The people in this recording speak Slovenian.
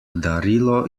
darilo